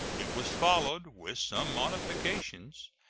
it was followed, with some modifications,